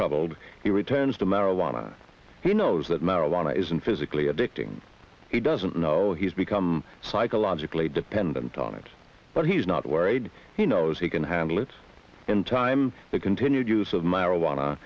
troubled he returns to marijuana he knows that marijuana isn't physically addicting he doesn't know he's become psychologically dependent on it but he's not worried he knows he can handle it in time the continued use of marijuana